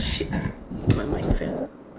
shit ah my mic fell